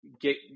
get